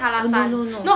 oh no no no